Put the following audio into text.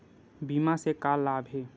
बीमा से का लाभ हे?